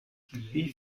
wie